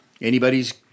anybody's